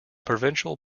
provincial